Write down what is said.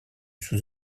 sous